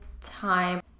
time